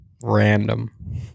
Random